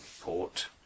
port